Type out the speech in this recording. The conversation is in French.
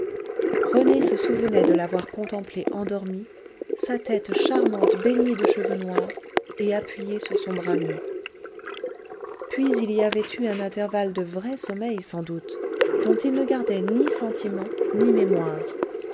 rené se souvenait de l'avoir contemplée endormie sa tête charmante baignée de cheveux noirs et appuyée sur son bras nu puis il y avait eu un intervalle de vrai sommeil sans doute dont il ne gardait ni sentiment ni mémoire